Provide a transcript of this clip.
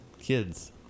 kids